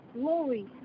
glory